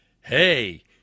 hey